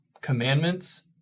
commandments